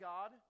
God